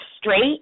straight